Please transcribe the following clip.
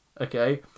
Okay